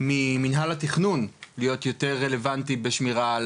ממנהל התיכנון להיות יותר רלוונטי בשמירה,